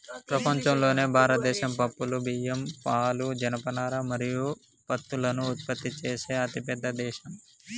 ప్రపంచంలోనే భారతదేశం పప్పులు, బియ్యం, పాలు, జనపనార మరియు పత్తులను ఉత్పత్తి చేసే అతిపెద్ద దేశం